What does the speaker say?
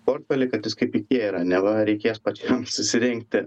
portfelį kad jis kaip ikėja yra neva reikės pačiam susirinkti